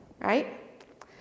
right